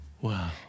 Wow